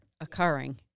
occurring